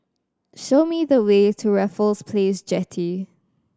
show me the way to Raffles Place Jetty